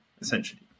essentially